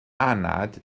anad